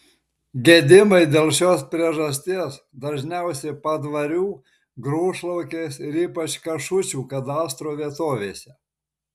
gedimai dėl šios priežasties dažniausi padvarių grūšlaukės ir ypač kašučių kadastro vietovėse